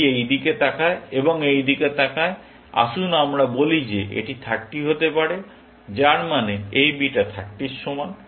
এটি এই দিকে তাকায় এবং এই দিকে তাকায় আসুন আমরা বলি যে এটি 30 হতে পারে যার মানে এই বিটা 30 এর সমান